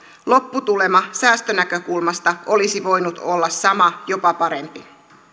lopputulema säästönäkökulmasta olisi voinut olla sama jopa parempi